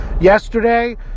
yesterday